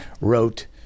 wrote